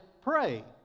pray